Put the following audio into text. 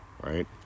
right